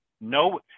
No